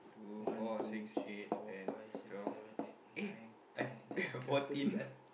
one two three four five six seven eight nine ten eleven twelve thirteen ah